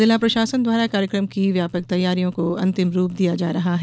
जिला प्रशासन द्वारा कार्यक्रम की व्यापक तैयारियों को अंतिम रूप दिया जा रहा है